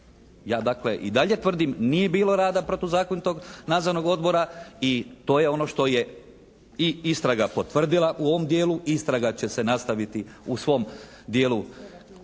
Ja dakle i dalje tvrdim nije bilo rada protuzakonitog nadzornog odbora i to je ono što je i istraga potvrdila u ovom dijelu, istraga će se nastaviti u svom dijelu